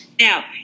Now